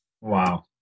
Wow